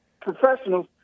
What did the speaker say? professionals